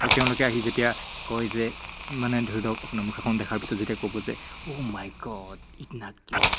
আৰু তেওঁলোকে আহি যেতিয়া কয় যে মানে ধৰি লওক আপোনাৰ মুখাখন দেখাৰ পিছত যেতিয়া ক'ব যে ঔ মাইগড ইটনা কিউট